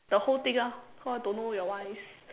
the whole thing ah cause I don't know your one is